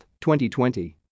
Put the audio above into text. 2020